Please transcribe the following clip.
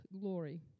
glory